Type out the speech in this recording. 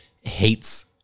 hates